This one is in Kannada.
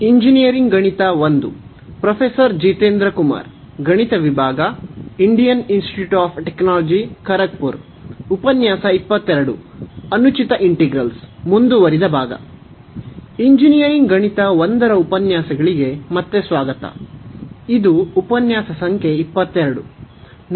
ಇಂಜಿನಿಯರಿಂಗ್ ಗಣಿತ 1 ರ ಉಪನ್ಯಾಸಗಳಿಗೆ ಮತ್ತೆ ಸ್ವಾಗತ ಇದು ಉಪನ್ಯಾಸ ಸಂಖ್ಯೆ 22